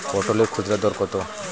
পটলের খুচরা দর কত?